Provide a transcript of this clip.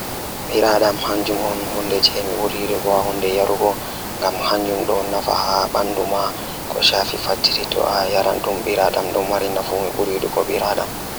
Miɗo njiddaade fiyaangu ngal ko ceedu ngal waawde waɗude ngam njiddaade ngal e heɓre ngal. Mi waɗataa waɗude ngal ngal ceedu.